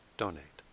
donate